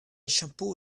shampoo